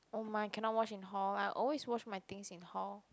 !oh my! cannot wash in hall I always wash my things in hall